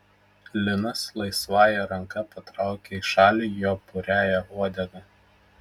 linas laisvąja ranka patraukia į šalį jo puriąją uodegą